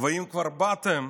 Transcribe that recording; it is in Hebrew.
ואם כבר באתם,